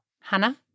Hannah